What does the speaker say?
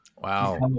Wow